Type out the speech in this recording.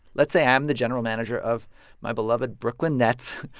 let's say i'm the general manager of my beloved brooklyn nets.